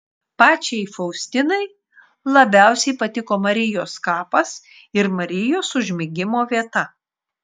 pačiai faustinai labiausiai patiko marijos kapas ir marijos užmigimo vieta